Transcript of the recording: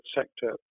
sector